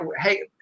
Hey